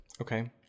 okay